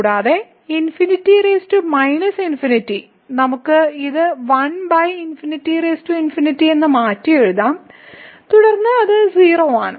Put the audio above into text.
കൂടാതെ ∞∞ നമുക്ക് ഇത് 1∞∞ എന്ന് മാറ്റിയെഴുതാം തുടർന്ന് അത് 0 ആണ്